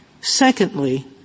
Secondly